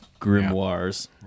grimoires